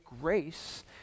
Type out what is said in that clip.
grace